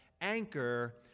anchor